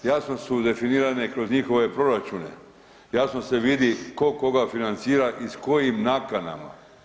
Jasno su definirane kroz njihove proračune, jasno se vidi tko koga financira i s kojim nakanama.